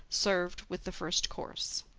served with the first course.